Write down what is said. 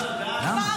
טלי, זכות הציבור לדעת.